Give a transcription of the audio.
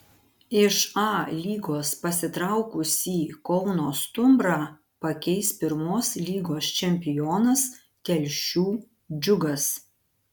iš a lygos pasitraukusį kauno stumbrą pakeis pirmos lygos čempionas telšių džiugas